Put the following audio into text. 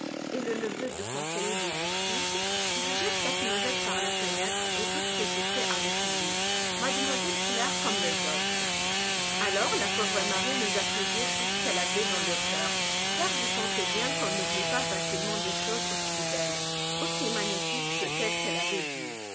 est le neveu du conseiller de justice je jette casse-noisette par la fenêtre et toutes tes poupées avec lui mademoiselle claire comme les autres alors la pauvre marie n'osa plus dire tout ce qu'elle avait dans le cœur car vous pensez bien qu'on n'oublie pas facilement des choses aussi belles aussi magnifiques que celles qu'elle avait vues